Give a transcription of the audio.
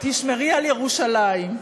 תשמרי על ירושלים.